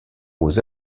aux